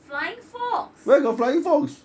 flying fox